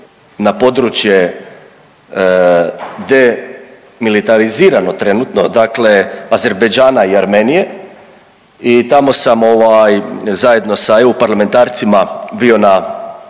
na područje demitalizirano trenutno, dakle Azerbajdžana i Armenije i tamo sam zajedno sa EU parlamentarcima bio na